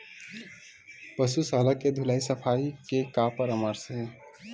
पशु शाला के धुलाई सफाई के का परामर्श हे?